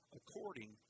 according